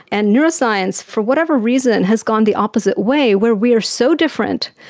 and neuroscience, for whatever reason, has gone the opposite way where we are so different,